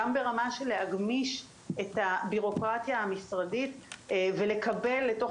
גם ברמה של להגמיש את הבירוקרטיה המשרדית ולקבל לתוך